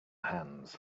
hands